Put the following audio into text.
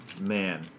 man